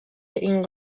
این